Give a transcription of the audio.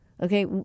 Okay